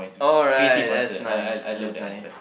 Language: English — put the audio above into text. alright that's nice that's nice